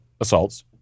assaults